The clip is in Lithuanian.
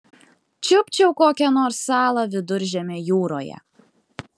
čiupčiau kokią nors salą viduržemio jūroje